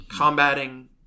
combating